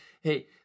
hey